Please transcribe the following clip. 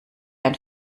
ein